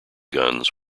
guns